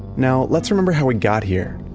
now, let's remember how we got here.